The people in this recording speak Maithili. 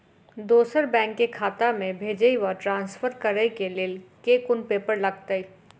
दोसर बैंक केँ खाता मे भेजय वा ट्रान्सफर करै केँ लेल केँ कुन पेपर लागतै?